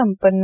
संपन्न